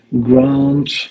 ground